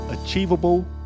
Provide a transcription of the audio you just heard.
achievable